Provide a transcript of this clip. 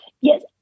Yes